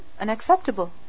unacceptable